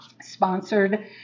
sponsored